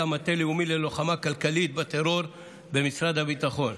המטה הלאומי ללוחמה כלכלית בטרור במשרד הביטחון,